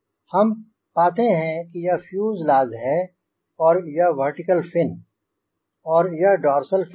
हम पाते हैं कि यह फ़्यूज़लाज है और यह वर्टिकल फिन और यह डोर्सल फिन है